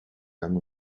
gang